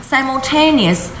，Simultaneous